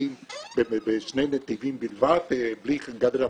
בשני נתיבים בלבד בלי גדר הפרדה,